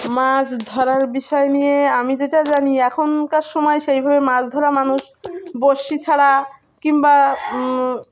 মাছ ধরার বিষয় নিয়ে আমি যেটা জানি এখনকার সময় সেইভাবে মাছ ধরা মানুষ বড়শি ছাড়া কিংবা